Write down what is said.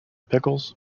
pickles